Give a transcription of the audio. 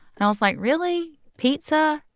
and i was like, really, pizza?